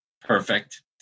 perfect